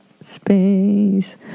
space